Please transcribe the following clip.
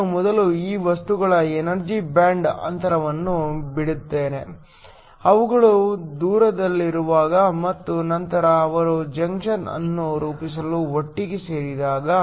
ನಾನು ಮೊದಲು ಈ ವಸ್ತುಗಳ ಎನರ್ಜಿ ಬ್ಯಾಂಡ್ ಅಂತರವನ್ನು ಬಿಡುತ್ತೇನೆ ಅವುಗಳು ದೂರದಲ್ಲಿರುವಾಗ ಮತ್ತು ನಂತರ ಅವರು ಜಂಕ್ಷನ್ ಅನ್ನು ರೂಪಿಸಲು ಒಟ್ಟಿಗೆ ಸೇರಿದಾಗ